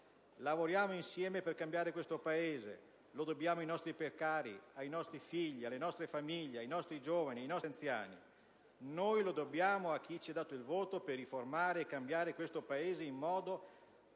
Lavoriamo insieme per cambiare questo Paese. Lo dobbiamo ai nostri precari, ai nostri figli, alle nostre famiglie, ai nostri giovani e ai nostri anziani; lo dobbiamo a chi ci ha dato il voto per riformare e cambiare questo Paese in meglio,